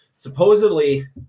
Supposedly